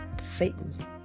Satan